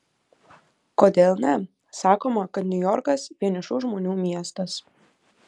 kodėl ne sakoma kad niujorkas vienišų žmonių miestas